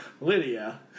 Lydia